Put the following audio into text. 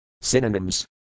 Synonyms